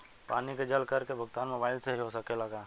पानी के जल कर के भुगतान मोबाइल से हो सकेला का?